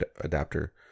adapter